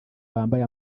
bambaye